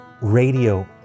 radio